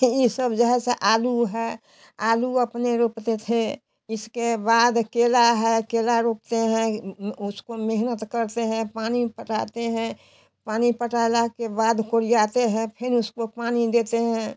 इ सब जो है सो आलू है आलू अपने रोपते थे इसके बाद केला है केला रोपते हैं उसको मेहनत करते हैं पानी पटाते हैं पानी पटावला के बाद कोड़ियाते है फिर उसको पानी देते हैं